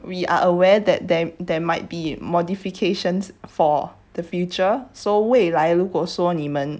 we are aware that there there might be modifications for the future so 未来如果说你们